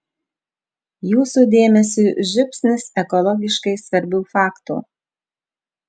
jūsų dėmesiui žiupsnis ekologiškai svarbių faktų